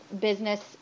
business